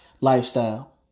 lifestyle